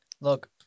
Look